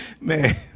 Man